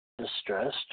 Distressed